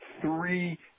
three